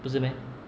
不是 meh